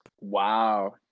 Wow